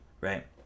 right